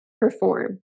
perform